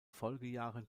folgejahren